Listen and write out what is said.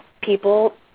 people